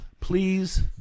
Please